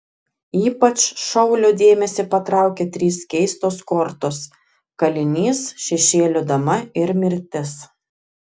ypač šaulio dėmesį patraukia trys keistos kortos kalinys šešėlių dama ir mirtis